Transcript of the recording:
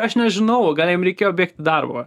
aš nežinau gal jam reikėjo bėgt į darbą